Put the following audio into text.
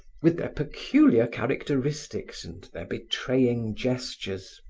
with their peculiar characteristics and their betraying gestures.